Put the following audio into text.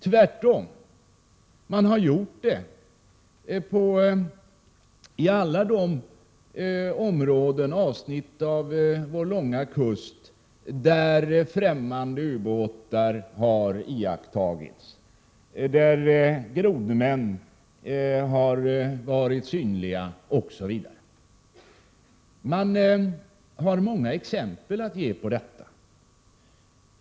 Tvärtom har de gjort det i alla de områden och avsnitt av vår långa kust där främmande ubåtar har iakttagits, där grodmän har varit synliga osv. Det finns många exempel på detta.